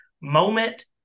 moment